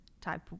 type